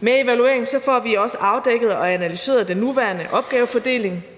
Med evalueringen får vi også afdækket og analyseret den nuværende opgavefordeling,